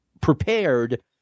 prepared